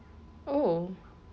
oh